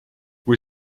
kui